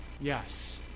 Yes